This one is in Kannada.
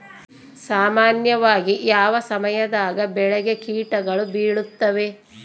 ಸಾಮಾನ್ಯವಾಗಿ ಯಾವ ಸಮಯದಾಗ ಬೆಳೆಗೆ ಕೇಟಗಳು ಬೇಳುತ್ತವೆ?